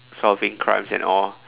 solving crimes and all